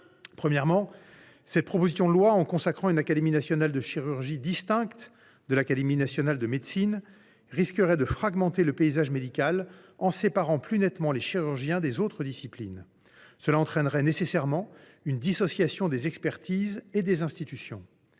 Premièrement, en consacrant une Académie nationale de chirurgie distincte de l’Académie nationale de médecine, cette proposition de loi risquerait de fragmenter le paysage médical en séparant plus nettement les chirurgiens des autres disciplines. Cela entraînerait nécessairement une dissociation des expertises et des institutions.